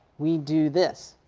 we do this.